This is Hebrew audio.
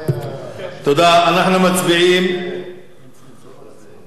אנחנו מצביעים על הסרה.